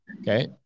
Okay